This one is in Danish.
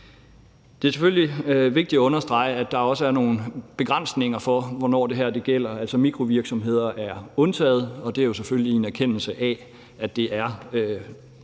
Det er selvfølgelig vigtigt at understrege, at der også er nogle begrænsninger for, hvornår det her gælder. Mikrovirksomheder er undtaget, og det er selvfølgelig i en erkendelse af, at det,